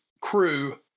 crew